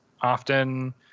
often